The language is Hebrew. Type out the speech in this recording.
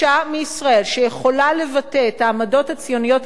שיכולה לבטא את העמדות הציוניות הקלאסיות של ישראל,